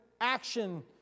action